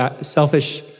selfish